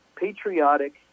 patriotic